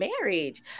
marriage